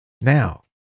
now